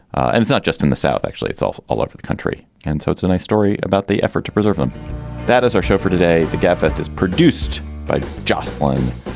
and it's not just in the south actually itself all over the country. and so it's a nice story about the effort to preserve them that is our show for today. the gabfest is produced by josslyn.